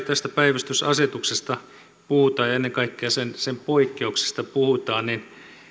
tästä päivystysasetuksesta puhutaan ja ennen kaikkea sen sen poikkeuksista puhutaan niin